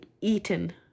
eaten